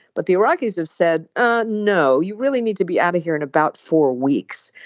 but the iraqis have said ah no you really need to be out of here in about four weeks.